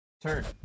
turn